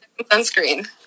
Sunscreen